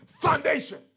foundation